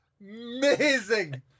Amazing